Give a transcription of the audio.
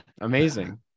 Amazing